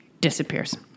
disappears